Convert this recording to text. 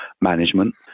management